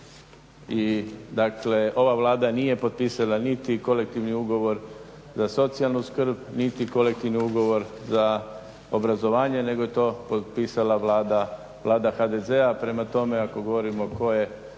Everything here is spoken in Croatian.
I dakle ova Vlada nije potpisala niti kolektivni ugovor za socijalnu skrb niti kolektivni ugovor za obrazovanje nego je to potpisala Vlada HDZ-a. Prema tome, ako govorimo tko je